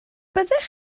byddech